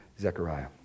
Zechariah